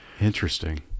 Interesting